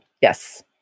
Yes